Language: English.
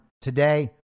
today